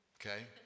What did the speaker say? okay